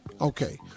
Okay